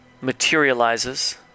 materializes